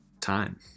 time